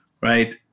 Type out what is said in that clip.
right